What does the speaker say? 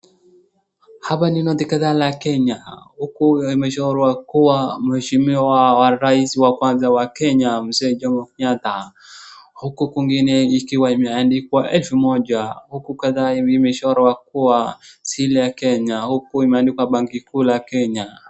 Hapa ni noti kadhaa la Kenya huku imechorwa kuwa Mheshimiwa wa rais wa kwanza wa Kenya mzee Jomo Kenyatta. Huku kwingine ikiwa imeandikwa elfu moja huku kadhaa imechorwa kuwa hasili ya Kenya, huku imeandikwa banki kuu la Kenya.